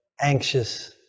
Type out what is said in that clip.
anxious